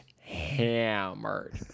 hammered